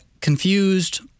confused